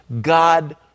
God